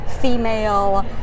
female